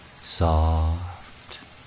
soft